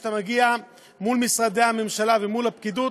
כשאתה מגיע מול משרדי הממשלה ומול הפקידות,